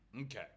Okay